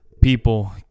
people